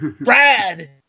Brad